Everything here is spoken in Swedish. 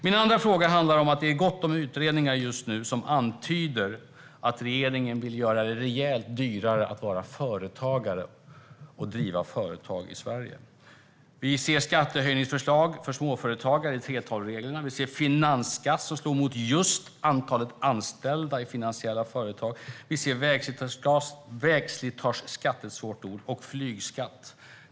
Min andra fråga handlar om att det är gott om utredningar just nu som antyder att regeringen vill göra det rejält dyrare att vara företagare och driva företag i Sverige. Vi ser skattehöjningsförslag för småföretagare i 3:12-reglerna. Vi ser finansskatt som slår mot just antalet anställda i finansiella företag. Vi ser vägslitageskatt och flygskatt.